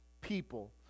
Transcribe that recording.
people